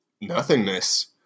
nothingness